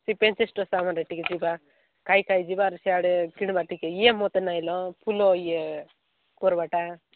ସେ ପେନଞ୍ଚେ ଷ୍ଟୋ ସାମରେ ଟିକେ ଯିବା ଖାଇଖାଇ ଯିବା ଆରୁ ସିଆଡ଼େ କିଣିବା ଟିକେ ଇଏ ମୋତେ ନାଇଁଲୋ ଫୁଲ ଇଏ କରବାଟା